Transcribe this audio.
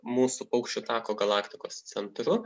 mūsų paukščių tako galaktikos centru